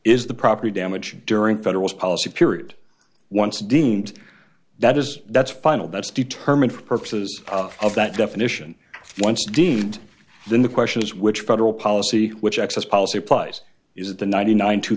is the property damage during federal policy period once deemed that is that's final that's determined for purposes of that definition once deemed then the question is which federal policy which access policy applies is the ninety nine two